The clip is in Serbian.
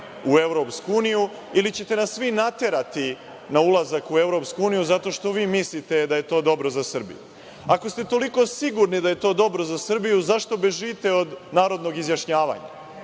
u Evropsku uniju, ili ćete nas vi naterati na ulazak u EU zato što vi mislite da je to dobro za Srbiju? Ako ste toliko sigurni da je to dobro za Srbiju, zašto bežite od narodnog izjašnjavanja?